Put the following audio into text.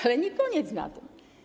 Ale nie koniec na tym.